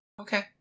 Okay